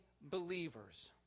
believers